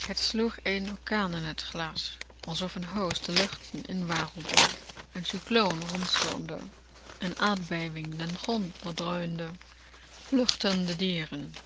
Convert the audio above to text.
het sloeg een orkaan in het glas alsof een hoos de luchten in warrelde een cycloon rondstormde een aardbeving den grond doordreunde vluchtten de dieren